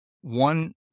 One